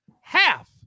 Half